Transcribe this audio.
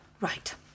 Right